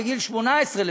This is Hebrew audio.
בגיל 18,